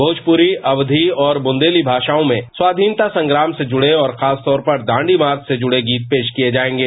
भोजपुरी अक्षी और बुंदेली भाषाओं में स्वाधीनता संग्राम से जुड़े और खास तौर पर दांडी मार्च से जुड़े गीत पेश किए जाएगे